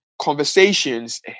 conversations